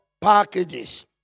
packages